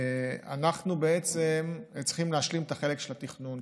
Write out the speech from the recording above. אנחנו צריכים להשלים את החלק של התכנון,